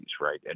right